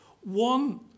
One